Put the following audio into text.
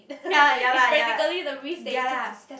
yea ya lah ya lah ya lah